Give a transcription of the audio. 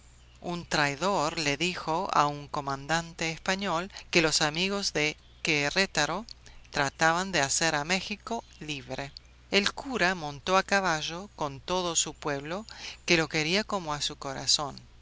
un traidor le dijo a un comandante español que los amigos de querétaro trataban de hacer a méxico libre el cura montó a caballo con todo su pueblo que lo quería como a su corazón